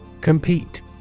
Compete